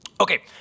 Okay